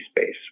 space